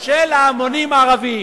של ההמונים הערביים."